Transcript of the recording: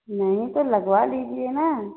नहीं तो लगवा लीजिए न